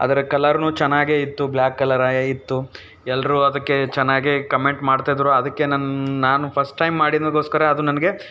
ಅದರ ಕಲರ್ನೂ ಚೆನ್ನಾಗೇ ಇತ್ತು ಬ್ಲ್ಯಾಕ್ ಕಲರಾಗಿ ಇತ್ತು ಎಲ್ಲರು ಅದಕ್ಕೆ ಚೆನ್ನಾಗೇ ಕಮೆಂಟ್ ಮಾಡ್ತಿದ್ರು ಅದಕ್ಕೆ ನನ್ನ ನಾನು ಫಸ್ಟ್ ಟೈಮ್ ಮಾಡಿದಕ್ಕೋಸ್ಕರ ಅದು ನನಗೆ